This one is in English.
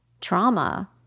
trauma